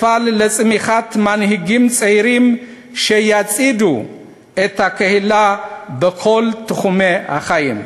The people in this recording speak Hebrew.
אפעל לצמיחת מנהיגים צעירים שיצעידו את הקהילה בכל תחומי החיים.